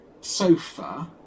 sofa